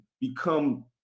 become